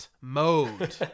mode